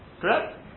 Correct